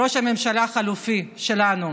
ראש הממשלה החלופי שלנו: